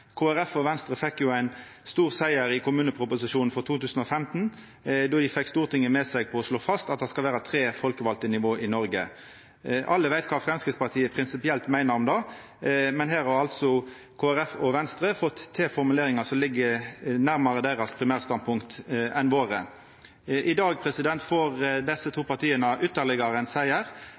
Folkeparti og Venstre fekk jo ein stor siger i kommuneproposisjonen for 2015 då dei fekk Stortinget med seg på å slå fast at det skal vera tre folkevalde nivå i Noreg. Alle veit kva Framstegspartiet prinsipielt meiner om det, men her har altså Kristeleg Folkeparti og Venstre fått til formuleringar som ligg nærmare deira primærstandpunkt enn våre. I dag får desse to partia ytterlegare ein